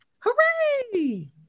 Hooray